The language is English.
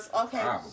Okay